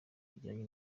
bijyanye